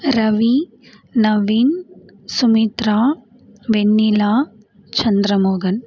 Ravi Naveen Sumitra Vennila Chandramohan